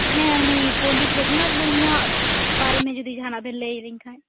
ᱦᱮᱸ ᱩᱱᱤ ᱯᱚᱸᱰᱤᱛ ᱨᱚᱜᱷᱩᱱᱟᱛᱷ ᱢᱩᱨᱢᱩᱣᱟᱜ ᱵᱟᱨᱮᱛᱮ ᱡᱩᱫᱤ ᱡᱟᱦᱟᱱᱟᱜ ᱵᱤᱱ ᱞᱟ ᱭᱟ ᱞᱤᱧ ᱠᱷᱟᱱ